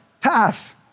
path